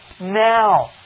now